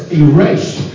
erased